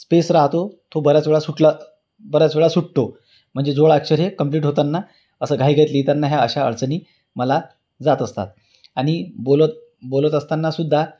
space राहतो तो बऱ्याच वेळा सुटला बऱ्याच वेळा सुटतो म्हणजे जोडअक्षर हे कंप्लीट होताना असं घाईघाईत लिहिताना ह्या अशा अडचणी मला जात असतात आणि बोलत बोलत असताना सुद्धा